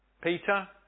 Peter